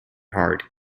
hard